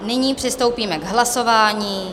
Nyní přistoupíme k hlasování.